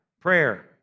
prayer